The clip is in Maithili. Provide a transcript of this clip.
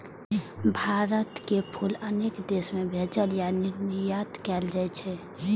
भारतक फूल अनेक देश मे भेजल या निर्यात कैल जाइ छै